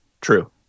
true